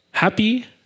Happy